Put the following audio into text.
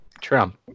Trump